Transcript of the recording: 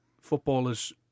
footballers